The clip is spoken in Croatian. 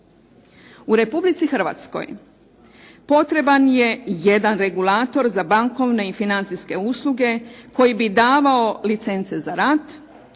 U Republici Hrvatskoj potreban je jedan regulator za bankovne i financijske usluge koji bi davao licence za rad,